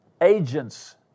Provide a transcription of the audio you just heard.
agents